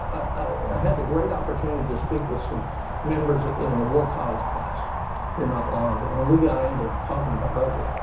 i had the great opportunity to speak with some members in the war college class here not long ago, and we got into talking about budget.